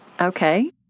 Okay